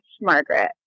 Margaret